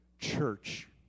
Church